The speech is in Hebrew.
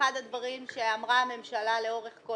אחד הדברים שאמרה הממשלה לאורך כל